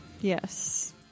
Yes